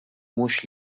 mhux